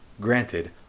granted